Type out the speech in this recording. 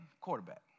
quarterback